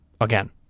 again